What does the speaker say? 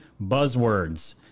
buzzwords